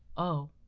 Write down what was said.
oh,